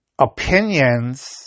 opinions